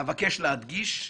אבקש להדגיש,